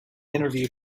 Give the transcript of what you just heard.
interview